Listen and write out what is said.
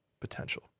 potential